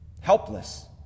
helpless